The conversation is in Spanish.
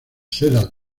sedas